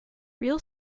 real